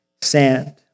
sand